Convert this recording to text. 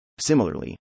Similarly